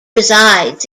resides